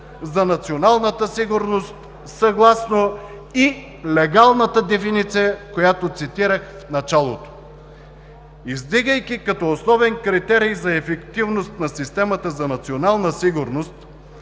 за националната сигурност, съгласно и легалната дефиниция, която цитирах в началото. Издигайки като основен критерий за ефективност на системата за национална сигурност,